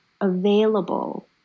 available